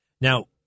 Now